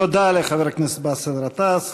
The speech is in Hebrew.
תודה לחבר הכנסת באסל גטאס.